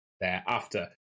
thereafter